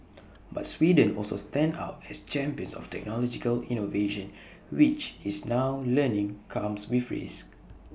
but Sweden also stands out as A champion of technological innovation which it's now learning comes with risks